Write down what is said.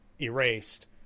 erased